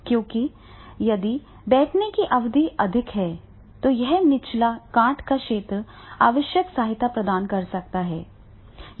क्योंकि यदि बैठने की अवधि अधिक है तो यह निचला काठ का क्षेत्र आवश्यक सहायता प्रदान कर सकता है